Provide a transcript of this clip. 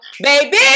Baby